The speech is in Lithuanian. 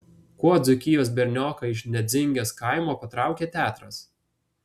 kuo dzūkijos bernioką iš nedzingės kaimo patraukė teatras